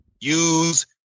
use